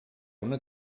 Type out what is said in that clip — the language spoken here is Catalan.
una